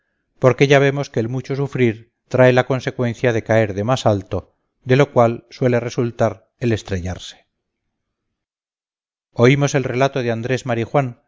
porque ya vemos que el mucho subir trae la consecuencia de caer de más alto de lo cual suele resultar el estrellarse oímos el relato de andrés marijuán